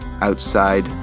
outside